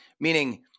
meaning